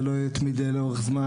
זה לא יתמיד לאורך זמן,